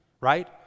Right